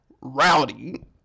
rowdy